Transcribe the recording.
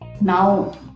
now